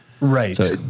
Right